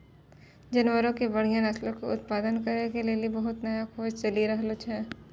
जानवरो के बढ़िया नस्लो के उत्पादन करै के लेली बहुते नया खोज चलि रहलो छै